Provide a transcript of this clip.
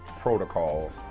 protocols